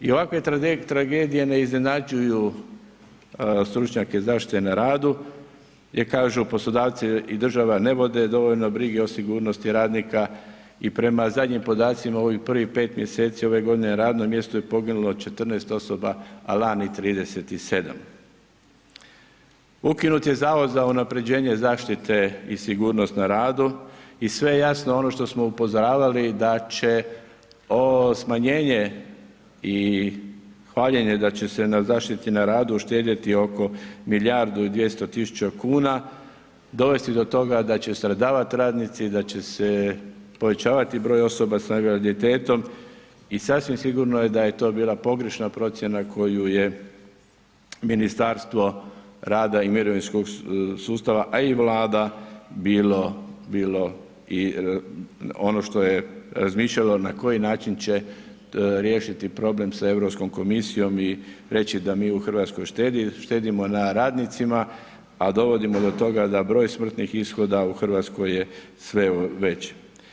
I ovakve tragedije ne iznenađuju stručnjake zaštite na radu, jer kažu, poslodavci i država ne vode dovoljno brige o sigurnosti radnika i prema zadnjim podacima, u ovih prvih 5 mjeseci ove godine, radno mjesto je poginulo 14 osoba, a lani 37. ukinut je Zavod za unaprjeđenje zaštite i sigurnost na radu i sve jasno ono što smo upozoravali da će ovo smanjenje i hvaljenje da će se na zaštiti na radu uštedjeti oko milijardu i dvjesto tisuća kuna, dovesti do toga da će stradavati radnici, da će se povećavati broj osoba s invaliditetom i sasvim sigurno je da je to bila pogrešna procjena koju je Ministarstvo rada i mirovinskog sustava a i vlada bilo i ono što je razmišljalo na koji način će riješiti problem sa EU komisijom i reći da mi u Hrvatskoj štedimo na radnicima, a dovodimo do toga da broj smrtnih ishoda u Hrvatskoj je sve veći.